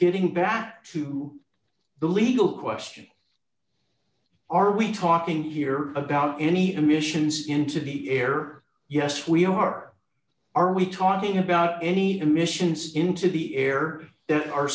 getting back to the legal question are we talking here about any emissions into the air yes we are are we talking about any emissions into the air there are